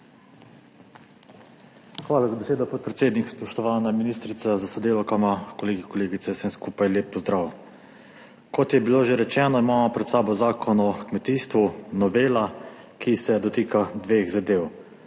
Hvala za besedo, podpredsednik. Spoštovana ministrica s sodelavkama, kolegi, kolegice! Vsem skupaj lep pozdrav! Kot je bilo že rečeno, imamo pred sabo Zakon o kmetijstvu, novela, ki se dotika dveh zadev.